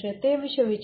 તે વિશે વિચારો